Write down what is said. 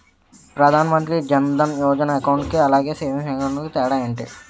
Pradhan Mantri Jan Dhan Yojana account కి అలాగే savings account కి తేడా ఏంటి?